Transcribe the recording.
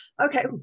Okay